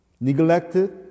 neglected